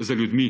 z ljudmi